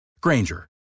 Granger